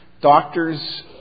Doctors